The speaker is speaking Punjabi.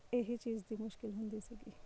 ਇਹ ਚੀਜ਼ ਦੀ ਮੁਸ਼ਕਿਲ ਹੁੰਦੀ ਸੀਗੀ